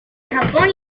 japón